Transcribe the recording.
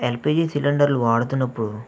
LPG సిలిండర్లు వాడుతున్నప్పుడు